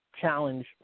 challenge